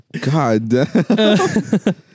God